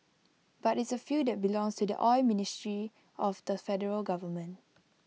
but it's A field that belongs to the oil ministry of the federal government